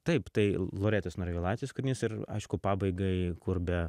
taip tai loretos narvilaitės kūrinys ir aišku pabaigai kur be